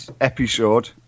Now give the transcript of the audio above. episode